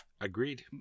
Agreed